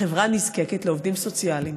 החברה נזקקת לעובדים סוציאליים.